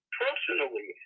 personally